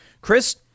Chris